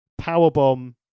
powerbomb